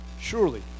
Surely